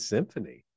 Symphony